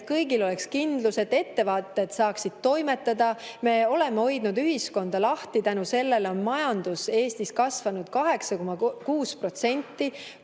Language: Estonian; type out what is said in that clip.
et kõigil oleks kindlus, et ettevõtjad saaksid toimetada. Me oleme hoidnud ühiskonna lahti, tänu sellele on majandus Eestis kasvanud 8,6%.